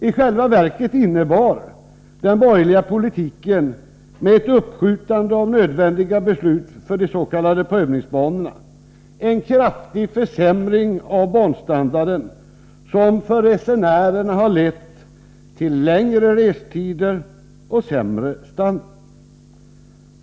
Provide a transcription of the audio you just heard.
I själva verket innebar den borgerliga politiken, med ett uppskjutande av nödvändiga beslut för de s.k. prövningsbanorna, en kraftig försämring av banstandarden som för resenärerna har lett till längre restider och sämre standard.